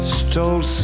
stole